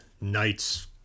knights